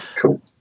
cool